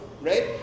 Right